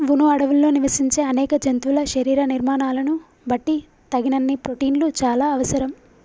వును అడవుల్లో నివసించే అనేక జంతువుల శరీర నిర్మాణాలను బట్టి తగినన్ని ప్రోటిన్లు చానా అవసరం